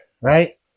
right